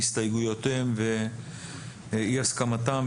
הסתייגויותיהם ואי הסכמתם,